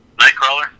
Nightcrawler